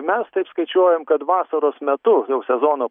mes taip skaičiuojam kad vasaros metu jau sezono